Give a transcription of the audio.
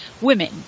women